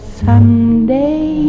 someday